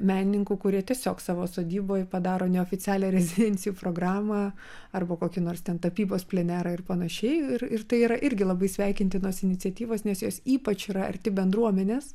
menininkų kurie tiesiog savo sodyboj padaro neoficialią rezidencijų programą arba kokį nors ten tapybos plenerą ir panašiai ir ir tai yra irgi labai sveikintinos iniciatyvos nes jos ypač yra arti bendruomenės